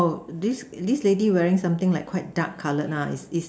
this this lady wearing something like quite dark colored lah is is